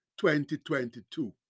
2022